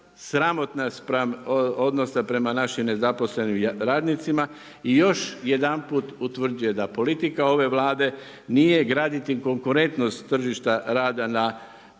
spram odnosa prema našim nezaposlenim radnicima i još jedanput utvrđuje da politika ove Vlade nije graditi konkurentnost tržišta rada na